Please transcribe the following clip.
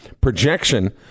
projection